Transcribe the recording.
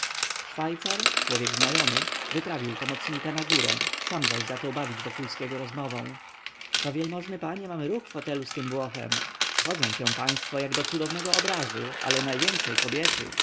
szwajcar człowiek znajomy wyprawił pomocnika na górę sam zaś zaczął bawić wokulskiego rozmową to wielmożny panie mamy ruch w hotelu z tym włochem schodzą się państwo jak do cudownego obrazu ale najwięcej kobiety